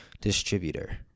distributor